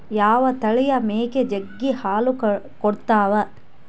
ಯಾವ ತಳಿಯ ಮೇಕೆ ಜಗ್ಗಿ ಹಾಲು ಕೊಡ್ತಾವ?